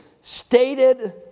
stated